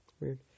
weird